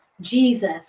Jesus